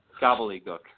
gobbledygook